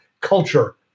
culture